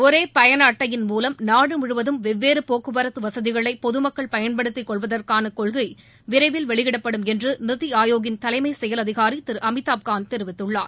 ஒரே பயண அட்டையின் மூலம் நாடுமுழுவதும் வெவ்வேறு போக்குவரத்து வசதிகளை பொதுமக்கள் பயன்படுத்திக் கொள்வதற்கான கொள்கை விரைவில் வெளியிடப்படும் என்று நித்தி ஆயோக்கின் தலைமை செயல் அதிகாரி திரு அமிதாப்காந்த் தெரிவித்துள்ளார்